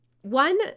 One